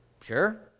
sure